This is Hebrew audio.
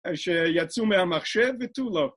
שיצאו מהמחשב ותו לא.